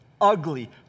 Ugly